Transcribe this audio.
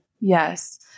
Yes